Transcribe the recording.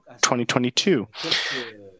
2022